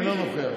אינו נמצא,